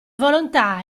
volontà